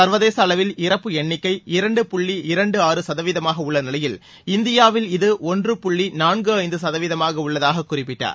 சர்வதேச அளவில் இறப்பு எண்ணிக்கை இரண்டு புள்ளி இரண்டு ஆறு சதவீதமாக உள்ள நிலையில் இந்தியாவில் இது ஒன்று புள்ளி நான்கு ஐந்து சதவீதமாக உள்ளதாகக் குறிப்பிட்டார்